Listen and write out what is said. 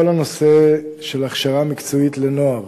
כל הנושא של הכשרה מקצועית לנוער